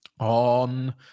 On